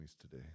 today